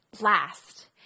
last